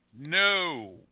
No